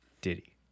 Diddy